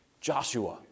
Joshua